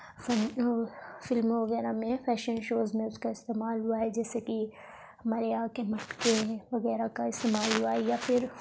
فن وہ فلموں وغیرہ میں فیشن شوز میں اس کا استعمال ہوا ہے جیسے کہ ہمارے یہاں کے مٹکے ہیں وغیرہ کا استعمال ہوا ہے یا پھر